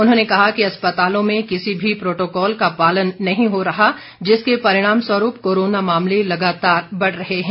उन्होंने कहा कि अस्पतालों में किसी भी प्रोटोकॉल का पालन नहीं हो रहा है जिसके परिणाम स्वरूप कोरोना मामले लगातार बढ़ रहे हैं